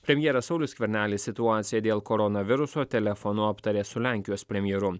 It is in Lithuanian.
premjeras saulius skvernelis situaciją dėl koronaviruso telefonu aptarė su lenkijos premjeru